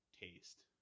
taste